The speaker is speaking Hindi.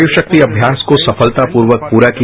युशक्ति अभ्यास को सफलतापूर्वक प्रा किया